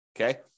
okay